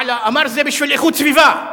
והוא אמר: זה בשביל איכות סביבה.